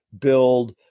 build